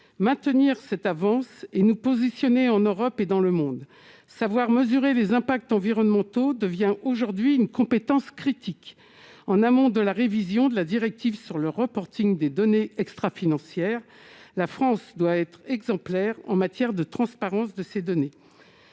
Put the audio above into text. maintenir cette avance et nous positionner en Europe et dans le monde, savoir mesurer les impacts environnementaux devient aujourd'hui une compétence critique en amont de la révision de la directive sur le reporting des données extra-financière, la France doit être exemplaire en matière de transparence de ces données,